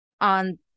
on